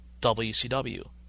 WCW